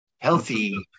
healthy